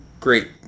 great